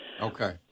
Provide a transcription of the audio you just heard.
Okay